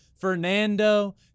Fernando